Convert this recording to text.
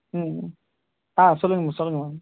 ம் ஆ சொல்லுங்கள் மேம் சொல்லுங்கள் மேம்